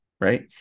right